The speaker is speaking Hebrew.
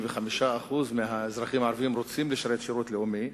75% מהאזרחים הערבים רוצים לשרת שירות לאומי,